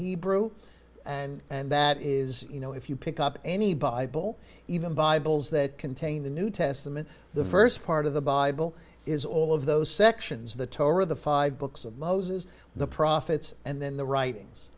hebrew and that is you know if you pick up any bible even bibles that contain the new testament the first part of the bible is all of those sections the torah the five books of moses the prophets and then the writings